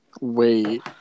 Wait